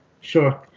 Sure